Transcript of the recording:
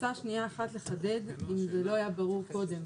רוצה שנייה אחת לחדד אם זה לא היה ברור קודם.